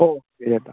okay ചേട്ടാ